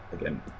again